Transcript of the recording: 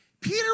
Peter